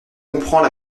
comprends